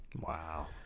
Wow